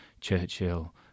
Churchill